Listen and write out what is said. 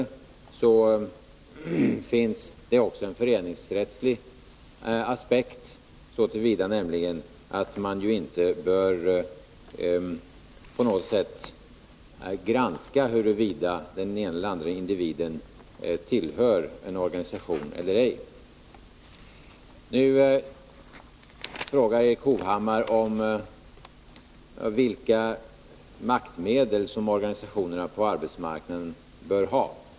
I det fallet finns det också en föreningsrättslig aspekt, så till vida nämligen att man inte bör på något sätt granska huruvida den ena eller andra individen tillhör en organisation eller ej. Nu frågar Erik Hovhammar vilka maktmedel som organisationerna på arbetsmarknaden bör ha.